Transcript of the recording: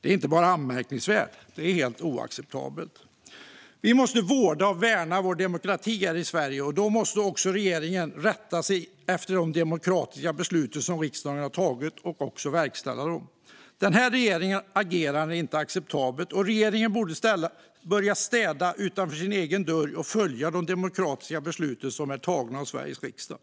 Det är inte bara anmärkningsvärt, utan det är helt oacceptabelt. Vi måste vårda och värna vår demokrati här i Sverige. Då måste också regeringen rätta sig efter de demokratiska beslut som riksdagen har tagit och verkställa dem. Den här regeringens agerande är inte acceptabelt. Regeringen borde börja städa utanför sin egen dörr och följa de demokratiska beslut som är tagna av Sveriges riksdag.